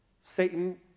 Satan